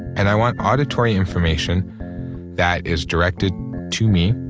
and i want auditory information that is directed to me.